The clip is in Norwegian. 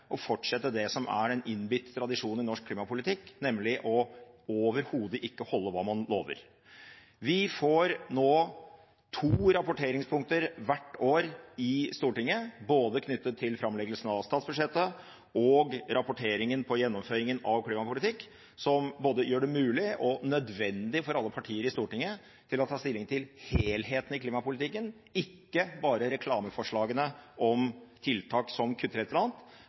å fortsette det som er den innbitte tradisjonen i norsk klimapolitikk, nemlig overhodet ikke å holde hva man lover. Vi får nå to rapporteringspunkter hvert år i Stortinget, både knyttet til framleggelsen av statsbudsjettet og til rapporteringen om gjennomføringen av klimapolitikk, som gjør det både mulig og nødvendig for alle partier i Stortinget å ta stilling til helheten i klimapolitikken, ikke bare reklameforslagene om tiltak som kutter et eller annet,